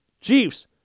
Chiefs